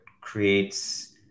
creates